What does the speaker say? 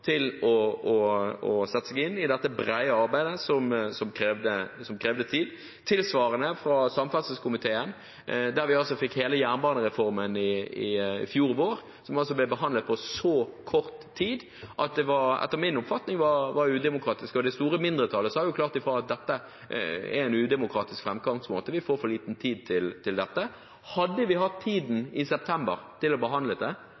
til å sette seg inn i dette brede arbeidet, noe som krevde tid. Det var tilsvarende i samferdselskomiteen, der vi fikk hele jernbanereformen i fjor vår. Den ble behandlet på så kort tid at det etter min oppfatning var udemokratisk, og det store mindretallet sa klart ifra at dette var en udemokratisk framgangsmåte, og at vi fikk for liten tid til dette. Hadde vi hatt tiden i september til å behandle det,